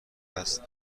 است